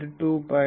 6 dB